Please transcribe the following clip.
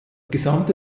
gesamte